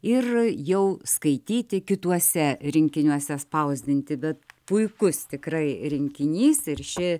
ir jau skaityti kituose rinkiniuose spausdinti bet puikus tikrai rinkinys ir ši